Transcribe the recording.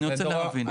אני רוצה להבין.